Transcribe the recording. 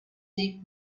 deep